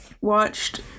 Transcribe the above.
watched